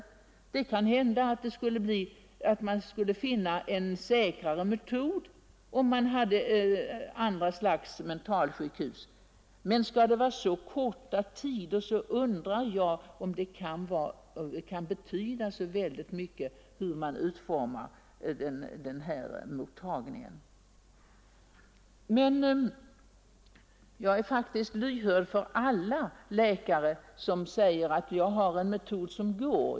Ja, det kan hända att man skulle få en säkrare metod, om vi hade mentalsjukhus av annat slag, men om vi skall ha så korta behandlingstider undrar jag om det betyder så oerhört mycket hur man utformar mottagningen. Jag är emellertid mycket lyhörd när någon läkare säger att han har en metod som fungerar.